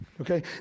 Okay